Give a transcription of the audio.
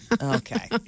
Okay